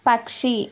పక్షి